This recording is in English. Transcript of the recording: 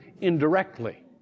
indirectly